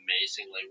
amazingly